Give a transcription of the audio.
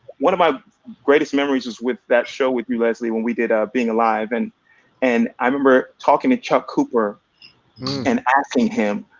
one of my greatest memories was with that show with you, leslie, when we did ah being alive, and and i remember talking to chuck cooper and asking him,